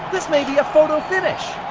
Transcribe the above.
this may be a photo finish.